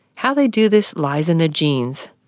how they do this lies in their genes,